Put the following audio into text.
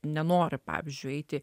nenori pavyzdžiui eiti